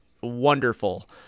wonderful